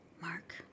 Mark